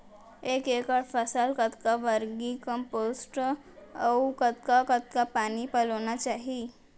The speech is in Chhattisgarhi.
एक एकड़ फसल कतका वर्मीकम्पोस्ट अऊ कतका कतका पानी पलोना चाही?